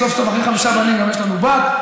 וסוף-סוף אחרי חמישה בנים גם יש לנו בת,